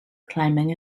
climbing